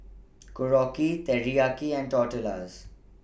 Korokke Teriyaki and Tortillas